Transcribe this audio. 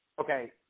Okay